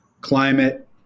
climate